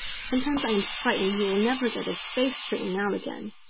sometimes i am frightened he will never get his face straightened out again.